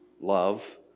love